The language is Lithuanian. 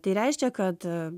tai reiškia kad